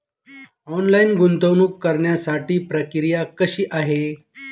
Online गुंतवणूक करण्यासाठी प्रक्रिया कशी आहे?